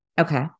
Okay